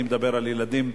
אני מדבר על ילדים,